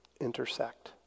intersect